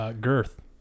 girth